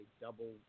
double